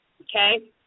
okay